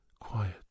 quiet